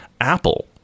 Apple